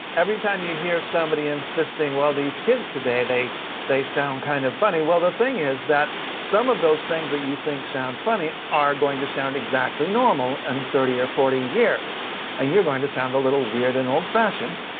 every time you hear somebody insisting, well, these kids today, they they sound kind of funny well, the thing is that some of those things that you think sound funny are going to sound exactly normal in and thirty or forty years and you are going to sound a little weird and old-fashioned.